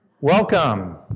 Welcome